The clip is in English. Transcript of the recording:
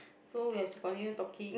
so we have to continue talking